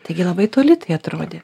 taigi labai toli tai atrodė